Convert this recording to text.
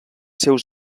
seus